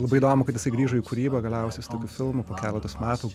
labai įdomu kad jisai grįžo į kūrybą galiausiai su tokiu filmu po keletos metų